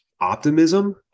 optimism